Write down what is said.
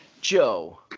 Joe